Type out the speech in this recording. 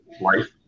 life